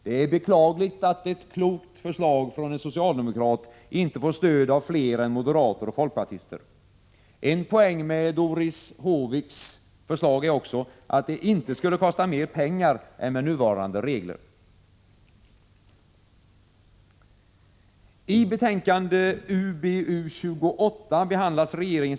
Det är beklagligt att ett klokt förslag från en socialdemokrat inte får stöd av fler än moderater och folkpartister. En poäng med Doris Håviks förslag är också att det inte skulle kosta mer pengar än med nuvarande regler.